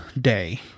day